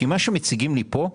כי מה שמציגים לי פה,